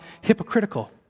hypocritical